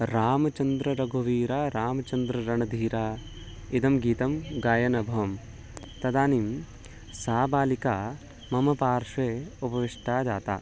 रामचन्द्ररघुवीरः रामचन्द्ररणधीरः इदं गीतं गायनभवं तदानीं सा बालिका मम पार्श्वे उपविष्टा जाता